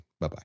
Bye-bye